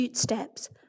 steps